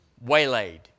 waylaid